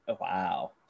Wow